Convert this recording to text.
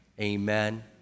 amen